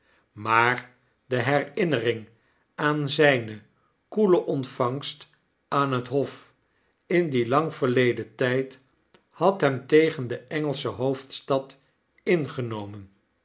maar de herinnering aan zyne koele ontvangst aan het hof in dien lang verleden tyd had hem tegen de engelsche hoofdstad ingenomen